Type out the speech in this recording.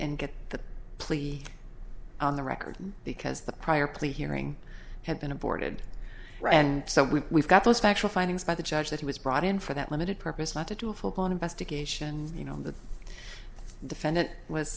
and get the plea on the record because the prior plea hearing had been aborted and so we got those factual findings by the judge that he was brought in for that limited purpose not to do a full blown investigation you know the defendant w